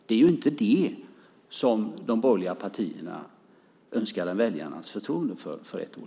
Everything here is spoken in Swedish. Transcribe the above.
Det är inte det som de borgerliga partierna för ett år sedan önskade väljarnas förtroende för.